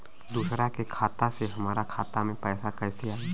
दूसरा के खाता से हमरा खाता में पैसा कैसे आई?